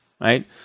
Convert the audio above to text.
right